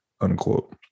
unquote